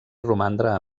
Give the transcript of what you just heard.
romandre